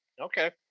okay